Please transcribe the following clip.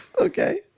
Okay